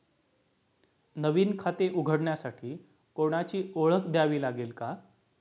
नवीन खाते उघडण्यासाठी कोणाची ओळख द्यावी लागेल का?